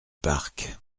parc